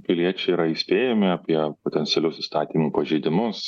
piliečiai yra įspėjami apie potencialius įstatymų pažeidimus